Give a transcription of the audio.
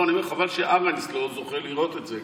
אני אומר חבל שארנס לא זוכה לראות את זה,